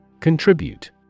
Contribute